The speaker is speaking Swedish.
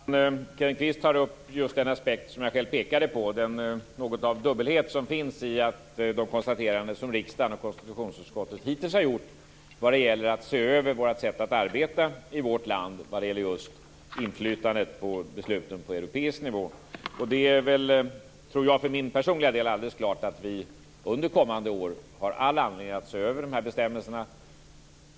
Fru talman! Kenneth Kvist tar upp just den aspekt som jag själv pekade på. Den handlar om den dubbelhet som finns i de konstateranden som riksdagen och konstitutionsutskottet hittills har gjort när det gäller att se över sättet att arbeta i vårt land med inflytandet över besluten på europeisk nivå. För min personliga del tror jag att det är alldeles klart att vi under kommande år har all anledning att se över de här bestämmelserna.